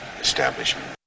establishment